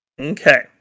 Okay